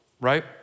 right